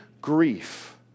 grief